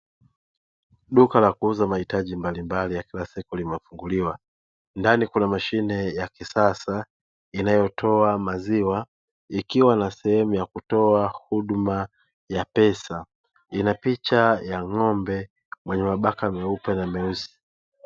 Duka la kuuza mahitaji mbalimbali ya kila siku limefunguliwa ndani kuna mashine ya kisasa inayotoa maziwa ikiwa na sehemu ya kutoa huduma ya pesa ina picha ya ng'ombe mwenye mabaka meupe na meusi.